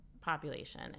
population